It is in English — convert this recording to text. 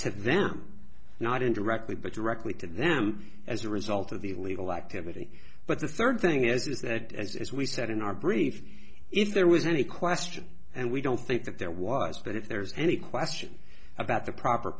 to them not indirectly but directly to them as a result of the illegal activity but the third thing is is that as we said in our brief if there was any question and we don't think that there was but if there's any question about the proper